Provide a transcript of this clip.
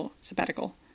sabbatical